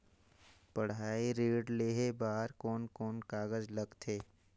पढ़ाई ऋण लेहे बार कोन कोन कागज लगथे?